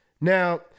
Now